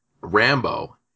Rambo